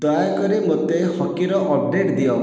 ଦୟାକରି ମୋତେ ହକିର ଅପଡେଟ୍ ଦିଅ